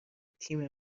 تیم